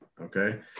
okay